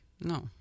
No